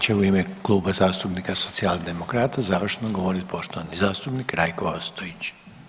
Sljedeći će u ime Kluba zastupnika socijaldemokrata završno govoriti poštovani zastupnik Rajko Ostojić.